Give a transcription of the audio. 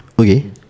Okay